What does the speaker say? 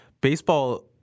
baseball